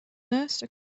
nurse